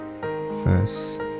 first